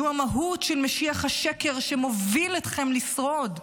זאת המהות של משיח השקר שמוביל אתכם, לשרוד,